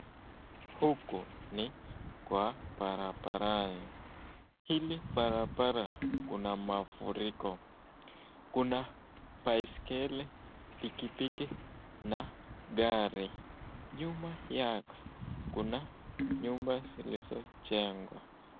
Huku ni kwa barabarani, hili barabara kuna mafuriko, kuna baiskeli, pikipiki na gari. Nyuma yake kuna nyumba zilizo jengwa.